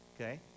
okay